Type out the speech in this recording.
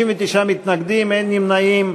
59 מתנגדים, אין נמנעים.